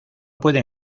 pueden